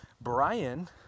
Brian